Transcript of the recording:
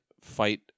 Fight